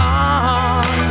on